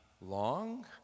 long